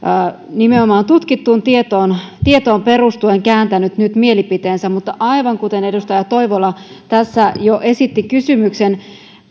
nimenomaan tutkittuun tietoon tietoon perustuen kääntänyt nyt mielipiteensä mutta aivan kuten edustaja toivola tässä jo esitti kysymyksen